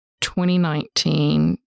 2019